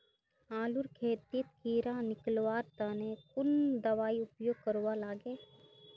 आलूर खेतीत कीड़ा निकलवार तने कुन दबाई उपयोग करवा लगे?